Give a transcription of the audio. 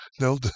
No